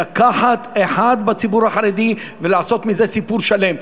לקחת אחד בציבור החרדי ולעשות מזה סיפור שלם.